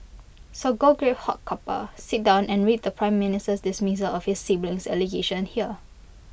so go grab hot cuppa sit down and read the prime Minister's dismissal of his siblings allegations here